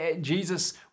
Jesus